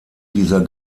dieser